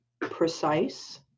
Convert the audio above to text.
precise